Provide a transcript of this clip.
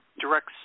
direct